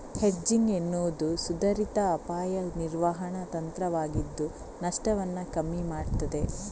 hedging ಎನ್ನುವುದು ಸುಧಾರಿತ ಅಪಾಯ ನಿರ್ವಹಣಾ ತಂತ್ರವಾಗಿದ್ದು ನಷ್ಟವನ್ನ ಕಮ್ಮಿ ಮಾಡ್ತದೆ